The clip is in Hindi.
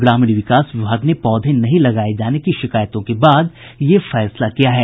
ग्रामीण विकास विभाग ने पौधे नहीं लगाये जाने की शिकायतों के बाद यह फैसला किया है